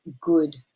good